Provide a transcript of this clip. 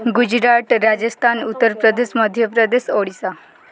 Gujarat Rajasthan Uttar Pradesh Madhya Pradesh Odisha